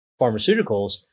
pharmaceuticals